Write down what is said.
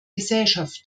gesellschaft